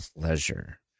pleasure